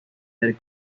del